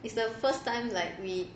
is the first time like we